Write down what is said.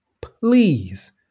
Please